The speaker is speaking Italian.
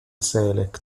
select